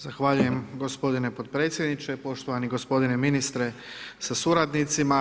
Zahvaljujem gospodine podpredsjedniče, poštovani gospodine ministre sa suradnicima.